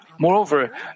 Moreover